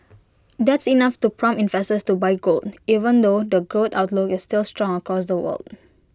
that's enough to prompt investors to buy gold even though the growth outlook is still strong across the world